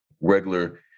regular